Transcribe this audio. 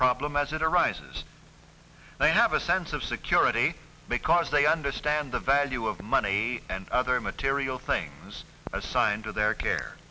problem as it arises they have a sense of security because they understand the value of money and other material things assigned to their care